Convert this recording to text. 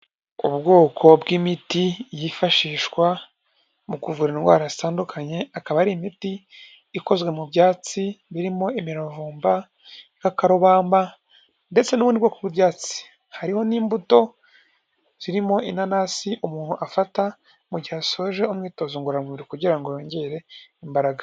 Ubwoko bw'imiti yifashishwa mu kuvura indwara zitandukanye, akaba ari imiti ikozwe mu byatsi birimo imiravumba, ibikakarubamba ndetse n'ubundi bwoko bw'ibyatsi. Hariho n'imbuto zirimo inanasi umuntu afata mu gihe asoje umwitozo ngororamubiri kugira ngo yongere imbaraga.